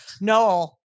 Noel